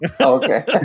Okay